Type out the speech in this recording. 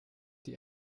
die